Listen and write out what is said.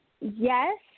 Yes